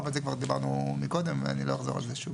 אבל על זה דיברנו כבר קודם אז אני לא אחזור על זה שוב.